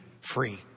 free